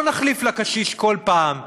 לא נחליף לקשיש כל פעם,